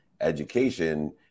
education